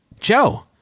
Joe